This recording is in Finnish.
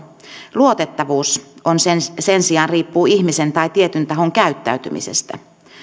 luotettavuus sen sen sijaan riippuu ihmisen tai tietyn tahon käyttäytymisestä